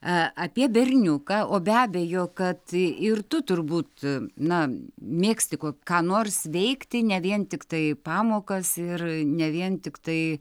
apie berniuką o be abejo kad ir tu turbūt na mėgsti ko ką nors veikti ne vien tiktai pamokas ir ne vien tiktai